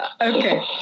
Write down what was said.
Okay